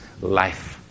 life